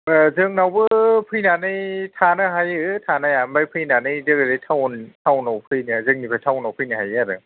जोंनावबो फैनानै थानो हायो थानाया ओमफ्राय फैनानै अरै टाउनाव फैनाया जोंनिफ्राय टाउनाव फैनो हायो आरो